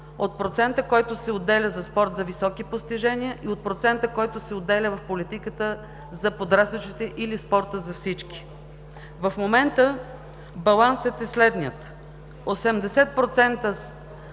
от процента, който се отделя за спорт за високи постижения, и от процента, който се отделя в политиката за подрастващите или спорта за всички. В момента балансът е следният: 80%